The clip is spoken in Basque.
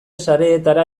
sareetara